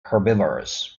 herbivorous